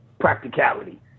practicality